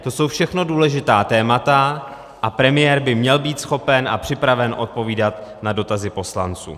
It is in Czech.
To jsou všechno důležitá témata a premiér by měl být schopen a připraven odpovídat na dotazy poslanců.